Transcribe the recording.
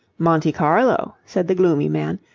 monte carlo, said the gloomy man,